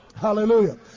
hallelujah